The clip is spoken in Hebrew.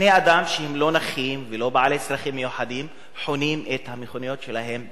בני-אדם שהם לא נכים ולא בעלי צרכים מיוחדים מחנים את המכוניות שלהם שם.